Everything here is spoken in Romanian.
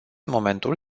momentul